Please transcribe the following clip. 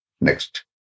Next